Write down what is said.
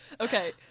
Okay